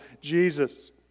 Jesus